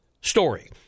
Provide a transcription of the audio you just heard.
story